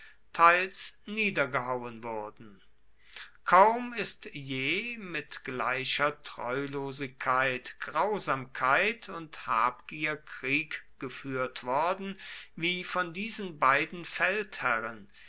teils niedergehauen wurden kaum ist je mit gleicher treulosigkeit grausamkeit und habgier krieg geführt worden wie von diesen beiden feldherren